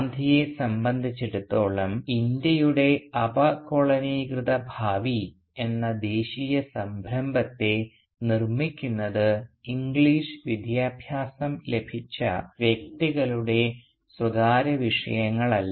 ഗാന്ധിയെ സംബന്ധിച്ചിടത്തോളം ഇന്ത്യയുടെ അപകോളനികൃത ഭാവി എന്ന ദേശീയ സംരംഭത്തെ നിർമ്മിക്കുന്നത് ഇംഗ്ലീഷ് വിദ്യാഭ്യാസം ലഭിച്ച വ്യക്തികളുടെ സ്വകാര്യ വിഷയങ്ങൾ അല്ല